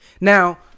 now